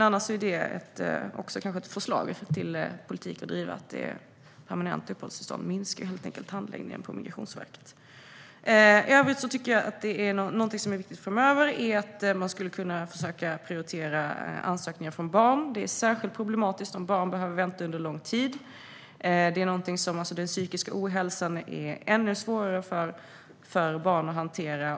Annars är det ett förslag till politik att driva att permanent uppehållstillstånd minskar handläggningen på Migrationsverket. I övrigt tycker jag att det är viktigt framöver att försöka prioritera ansökningar från barn. Det är särskilt problematiskt om barn behöver vänta under lång tid, och den psykiska ohälsan är ännu svårare för barn att hantera.